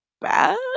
bad